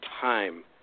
time